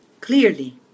clearly